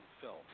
Phil